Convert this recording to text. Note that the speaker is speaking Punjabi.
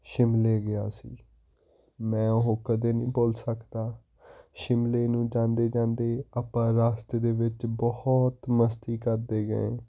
ਸ਼ਿਮਲੇ ਗਿਆ ਸੀ ਮੈਂ ਉਹ ਕਦੇ ਨਹੀਂ ਭੁੱਲ ਸਕਦਾ ਸ਼ਿਮਲੇ ਨੂੰ ਜਾਂਦੇ ਜਾਂਦੇ ਆਪਾਂ ਰਸਤੇ ਦੇ ਵਿੱਚ ਬਹੁਤ ਮਸਤੀ ਕਰਦੇ ਗਏ